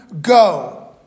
go